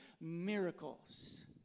miracles